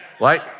Right